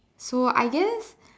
so I guess